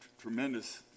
tremendous